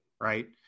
right